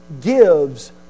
gives